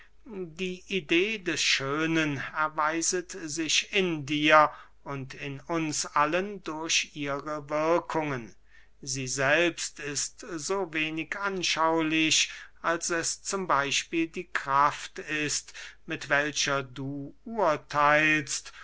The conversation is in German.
die idee des schönen erweiset sich in dir und in uns allen durch ihre wirkungen sie selbst ist so wenig anschaulich als es z b die kraft ist mit welcher du urtheilst